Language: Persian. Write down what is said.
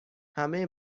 همه